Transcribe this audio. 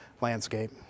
landscape